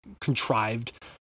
contrived